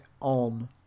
on